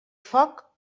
foc